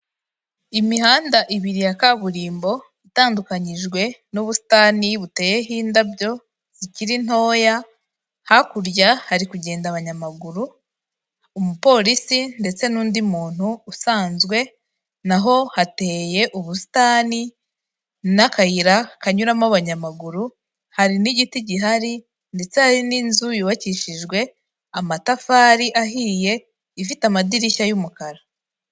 Imihanda ibiri ya kaburimbo itandukanijwe n'ubusitani buteyeho indabyo zikiri ntoya, hakurya hari kugenda abanyamaguru, umupolisi ndetse n'undi muntu usanzwe, naho hateye ubusitani n'akayira kanyuramo abanyamaguru, hari n'igiti gihari ndetse hari n'inzu yubakishijwe amatafari ahiye ifite amadirishya y'umukara.